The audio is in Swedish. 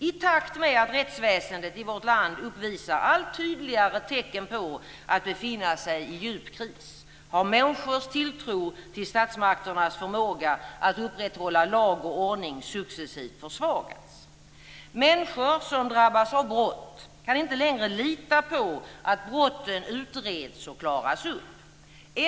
I takt med att rättsväsendet i vårt land uppvisar allt tydligare tecken på att befinna sig i djup kris har människors tilltro till statsmakternas förmåga att upprätthålla lag och ordning successivt försvagats. Människor som drabbas av brott kan inte längre lita på att brotten utreds och klaras upp.